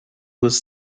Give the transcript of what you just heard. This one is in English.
was